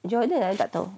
jordan I tak tahu